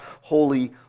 holy